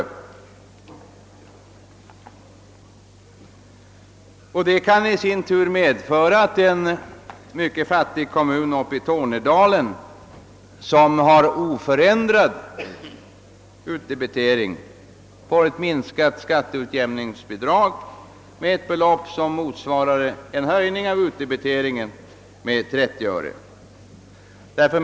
Det kan i sin tur medföra att en mycket fattig kommun uppe i Tornedalen som har oförändrad utdebitering får ett minskat skatteutjämningsbidrag med ett belopp som motsvarar en höjning av utdebiteringen med 30 öre.